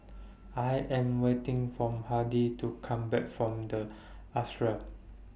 I Am waiting from Hardy to Come Back from The Ashram